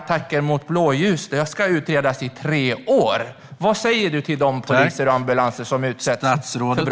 Attackerna mot blåljuspersonal ska utredas i tre år. Vad säger du till de poliser och den ambulanspersonal som utsätts för brott?